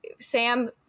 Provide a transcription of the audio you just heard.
Sam